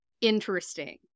interesting